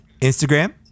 Instagram